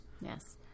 yes